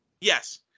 yes